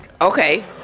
Okay